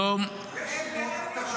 --- שמעתם?